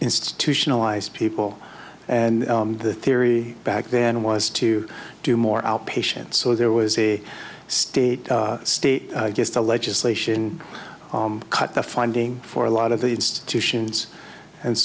institutionalized people and the theory back then was to do more outpatient so there was a state state against the legislation cut the funding for a lot of the institutions and